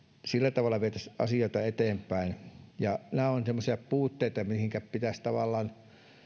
sillä tavalla vietäisiin asioita eteenpäin nämä ovat semmoisia puutteita mihinkä pitäisi tavallaan